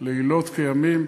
לילות כימים.